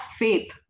faith